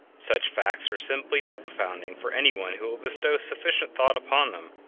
such facts are simply dumbfounding for anyone who will bestow sufficient thought upon them,